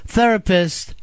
Therapist